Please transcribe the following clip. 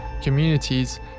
communities